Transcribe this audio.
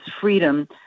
freedom